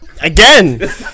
again